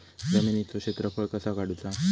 जमिनीचो क्षेत्रफळ कसा काढुचा?